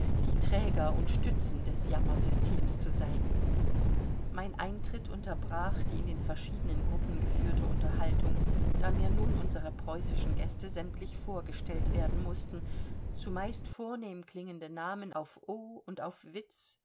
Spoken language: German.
die träger und stützen des jammersystems zu sein mein eintritt unterbrach die in den verschiedenen gruppen geführte unterhaltung da mir nun unsere preußischen gäste sämtlich vorgestellt werden mußten zumeist vornehm klingende namen auf ow und auf witz